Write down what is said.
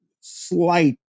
slight